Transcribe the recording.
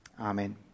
Amen